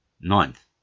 Ninth